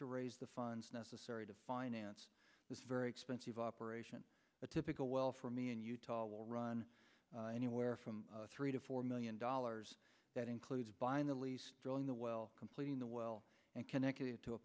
to raise the funds necessary to finance this very expensive operation the typical well for me in utah will run anywhere from three to four million dollars that includes buying the lease drilling the well completing the well and connected to a